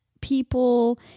people